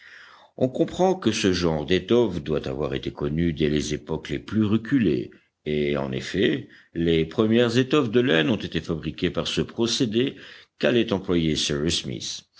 on comprend que ce genre d'étoffe doit avoir été connu dès les époques les plus reculées et en effet les premières étoffes de laine ont été fabriquées par ce procédé qu'allait employer cyrus smith